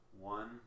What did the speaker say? one